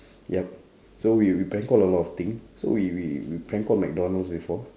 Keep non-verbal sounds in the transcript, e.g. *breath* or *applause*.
*breath* yup so we we prank call a lot of thing so we we we prank call mcdonald's before